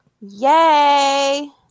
yay